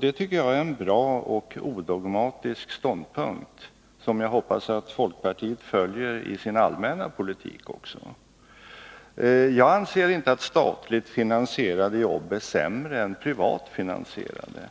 Det tycker jag är en bra och odogmatisk ståndpunkt, som jag hoppas att folkpartiet också följer i sin allmänna politik. Jag anser inte att statligt finansierade jobb är sämre än privat finansierade.